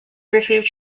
received